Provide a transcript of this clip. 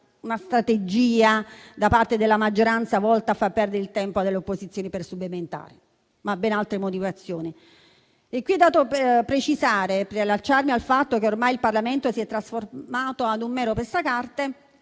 una strategia da parte della maggioranza, volta a far perdere tempo alle opposizioni per subemendare, ma ci sono ben altre motivazioni. Vorrei precisare, per riallacciarmi al fatto che ormai il Parlamento si è trasformato in un mero passacarte,